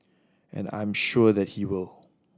and I am sure that he will